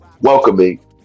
welcoming